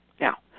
Now